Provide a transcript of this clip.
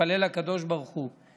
נתפלל לקדוש ברוך הוא.